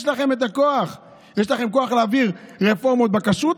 יש לכם את הכוח להעביר רפורמות בכשרות,